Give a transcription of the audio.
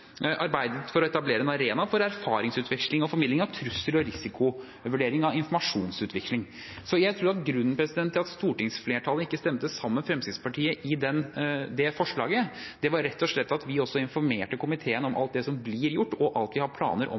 arbeidet for å etablere en arena for erfaringsutveksling og formidling av trussel- og risikovurdering av informasjonsutveksling. Jeg tror at grunnen til at stortingsflertallet ikke stemte sammen med Fremskrittspartiet i det forslaget, rett og slett var at vi også informerte komiteen om alt det som blir gjort, og alt det vi har planer om